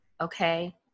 okay